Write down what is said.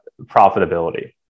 profitability